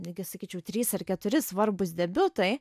netgi sakyčiau trys ar keturi svarbūs debiutai